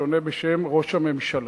שעונה בשם ראש הממשלה,